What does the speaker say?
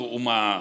uma